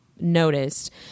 noticed